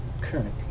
currently